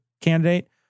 candidate